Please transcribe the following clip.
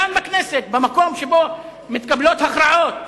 כאן, בכנסת, במקום שבו מתקבלות הכרעות,